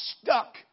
stuck